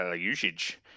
usage